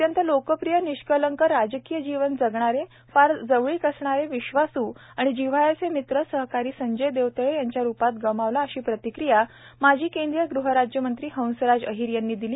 अत्यंत लोकप्रिय निष्कलंक राजकीय जीवन जगनारे फार जवळीक असणारे विश्वास् व जिव्हाळ्याचे मित्र सहकारी संजय देवतळे यांच्या रूपात गमावला अशी प्रतिक्रिया माजी केंद्रीय गृहराज्यमंत्री हंसराज अहीर यांनी दिली